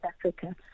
Africa